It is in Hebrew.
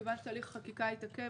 מכיוון שתהליך החקיקה התעכב,